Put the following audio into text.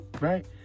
right